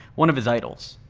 one of his idols.